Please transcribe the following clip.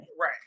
Right